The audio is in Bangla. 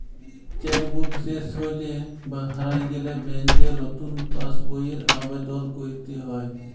চ্যাক বুক শেস হৈলে বা হারায় গেলে ব্যাংকে লতুন পাস বইয়ের আবেদল কইরতে হ্যয়